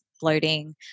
bloating